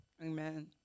Amen